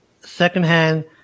secondhand